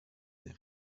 der